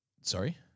Sorry